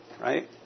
right